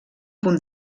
punt